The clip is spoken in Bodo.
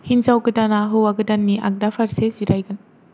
हिनजाव गोदाना हौवा गोदाननि आगदा फारसे जिरायगोन